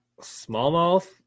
Smallmouth